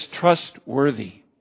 trustworthy